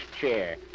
chair